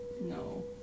No